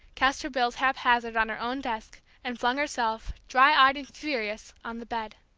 cast her bills haphazard on her own desk, and flung herself, dry-eyed and furious, on the bed.